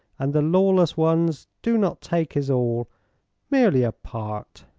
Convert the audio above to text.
and the lawless ones do not take his all merely a part.